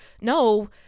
no